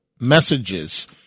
messages